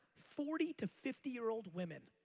forty to fifty year old women.